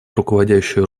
руководящую